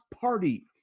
party